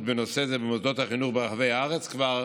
בנושא זה במוסדות החינוך ברחבי הארץ כבר